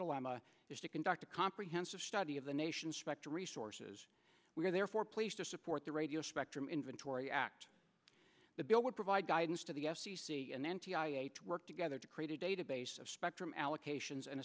dilemma is to conduct a comprehensive study of the nation's spectrum resources we are therefore pleased to support the radio spectrum inventory act the bill would provide guidance to the f c c and then t i a to work together to create a database of spectrum allocations and